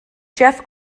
jeff